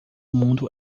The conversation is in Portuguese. mundo